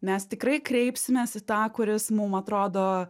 mes tikrai kreipsimės į tą kuris mum atrodo